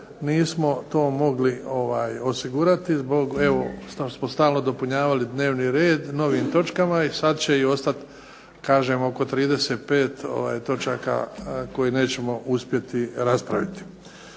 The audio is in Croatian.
nismo to mogli osigurati zbog evo što smo stalno dopunjavali dnevni red novim točkama i sad će i ostati kažem oko 35 točaka koje nećemo uspjeti raspraviti.